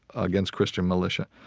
against christian militia.